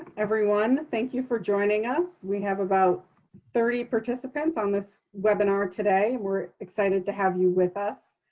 everyone. thank you for joining us. we have about thirty participants on this webinar today. we're excited to have you with us.